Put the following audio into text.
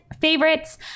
favorites